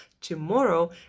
tomorrow